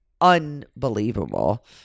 unbelievable